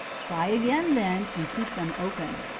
try again then, and keep them open.